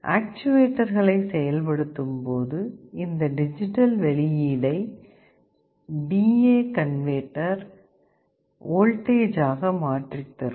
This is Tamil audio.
ஆக்ச்சுவேடர்களை செயல்படுத்தும்போது இந்த டிஜிட்டல் வெளியீடை DA கன்வெர்ட்டர் வோல்டேஜ் ஆக மாற்றித்தரும்